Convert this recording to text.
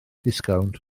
disgownt